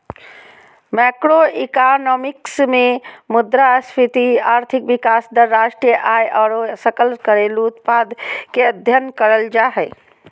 macroeconomics मे मुद्रास्फीति, आर्थिक विकास दर, राष्ट्रीय आय आरो सकल घरेलू उत्पाद के अध्ययन करल जा हय